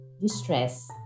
Distress